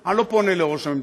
אני לא פונה לראש הממשלה,